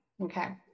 Okay